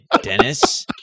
Dennis